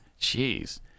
jeez